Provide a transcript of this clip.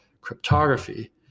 cryptography